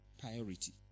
priority